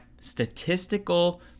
statistical